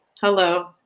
Hello